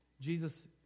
Jesus